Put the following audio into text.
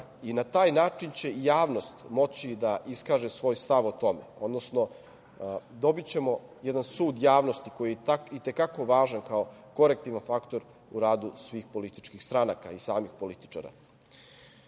taj način će javnost moći da iskaže svoj stav o tome, odnosno, dobićemo jedan sud javnosti koji je i te kako važan kao kolektivan faktor u radu svih političkih stranaka i samih političara. Podsetiću